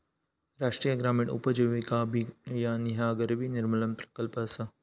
राष्ट्रीय ग्रामीण उपजीविका अभियान ह्या गरिबी निर्मूलन प्रकल्प असा